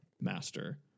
master